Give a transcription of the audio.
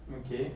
okay